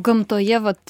gamtoje vat